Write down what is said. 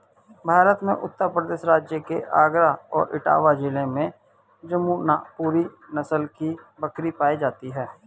भारत में उत्तर प्रदेश राज्य के आगरा और इटावा जिले में जमुनापुरी नस्ल की बकरी पाई जाती है